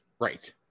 right